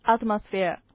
atmosphere